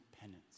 penance